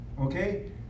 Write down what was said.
okay